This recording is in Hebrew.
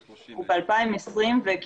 אנחנו ב2020 --- כן, כן.